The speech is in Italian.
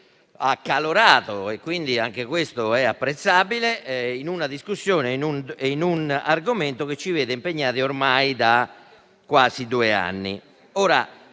Grazie